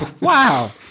Wow